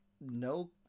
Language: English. No